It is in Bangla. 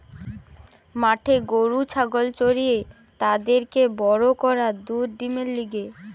মাঠে গরু ছাগল চরিয়ে তাদেরকে বড় করা দুধ ডিমের লিগে